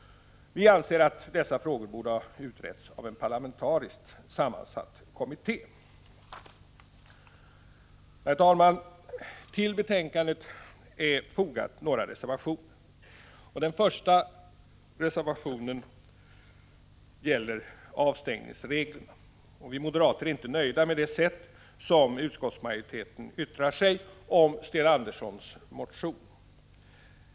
Vi anser att dessa frågor borde ha utretts av en parlamentariskt sammansatt kommitté. Herr talman! Till betänkandet är fogade några reservationer. Den första reservationen avser avstängningsreglerna. Vi moderater är inte nöjda med det sätt på vilket utskottsmajoriteten yttrar sig om Sten Anderssons i Malmö motion.